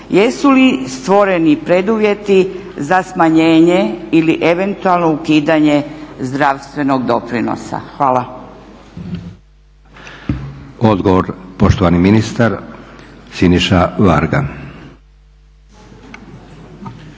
Jesu li stvoreni preduvjeti za smanjenje ili eventualno ukidanje zdravstvenog doprinosa? Hvala.